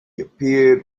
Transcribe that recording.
appeared